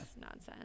nonsense